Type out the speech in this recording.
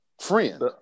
Friend